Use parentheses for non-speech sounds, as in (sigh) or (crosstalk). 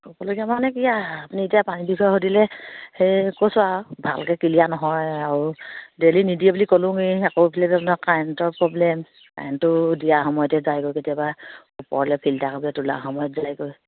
ক'বলগীয়া মানে কি আৰু আপুনি এতিয়া পানী (unintelligible) সুধিলে সেইয়ে কৈছোঁ আৰু ভালকৈ ক্লিয়াৰ নহয় আৰু ডেইলি নিদিয়ে বুলি ক'লেও এই আকৌ (unintelligible) কাৰেণ্টৰ প্ৰব্লেম কাৰেণ্টটো দিয়াৰ সময়তে যায়গৈ কেতিয়াবা ওপৰলৈ ফিল্টাৰ হোৱাকৈ তোলাৰ সময়ত যায়গৈ